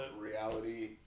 reality